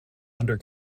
under